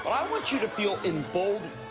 um want you to feel embolden.